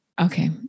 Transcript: Okay